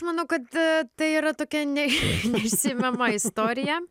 manau kad tai yra tokia ne neišsemiama istorija